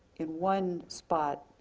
in one spot,